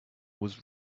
was